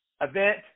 event